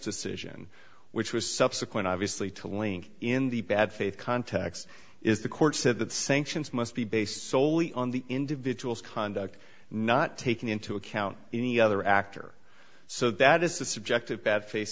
decision which was subsequent obviously to link in the bad faith context is the court said that sanctions must be based soley on the individual's conduct not taking into account any other actor so that is the subject of bad fa